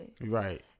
Right